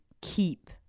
keep